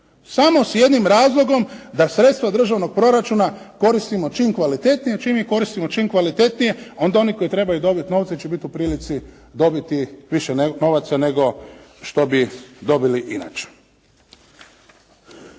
samo s jednim razlogom da sredstva državnog proračuna koristimo čim kvalitetnije. A čim ih koristimo čim kvalitetnije onda oni koji trebaju dobiti novce će biti u prilici dobiti više novaca nego što bi dobili inače.